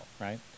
right